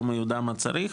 לא מיודע מה צריך,